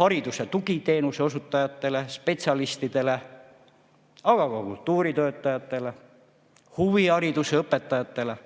hariduse tugiteenuse osutajatele, spetsialistidele, aga ka kultuuritöötajatele, huvihariduse õpetajatele,